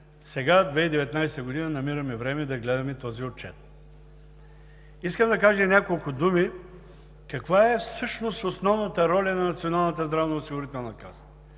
сега, в 2019 г. намираме време да гледаме този отчет. Искам да кажа и няколко думи каква е всъщност основната роля на